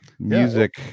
Music